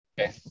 Okay